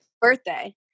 birthday